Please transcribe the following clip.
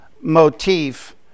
motif